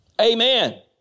Amen